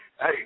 Hey